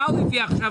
מה הוא מציע עכשיו?